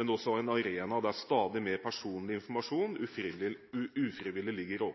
men også en arena der stadig mer personlig informasjon ufrivillig ligger